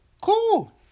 Cool